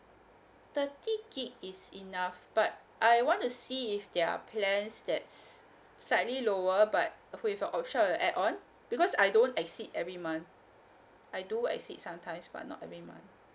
thirty gig is enough but I want to see if there are plans that sli~ slightly lower but with a option of a add on because I don't exceed every month I do exceed sometimes but not every month